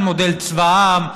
על מודל צבא העם,